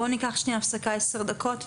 בואו ניקח שנייה הפסקה, עשר דקות.